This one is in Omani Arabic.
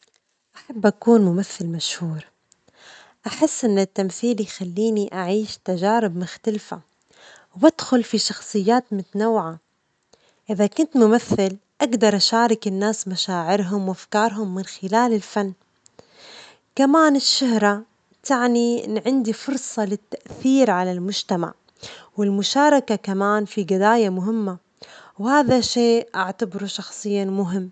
أحب أكون ممثل مشهور، أحس أن التمثيل يخليني أعيش تجارب مختلفة وأدخل في شخصيات متنوعة، إذا كنت ممثل أجدر أشارك الناس مشاعرهم وأفكارهم من خلال الفن، كمان الشهرة تعني أن عندي فرصة للتأثير على المجتمع والمشاركة في جضايا مهمة، وهذا شيء أعتبره شخصياً مهم.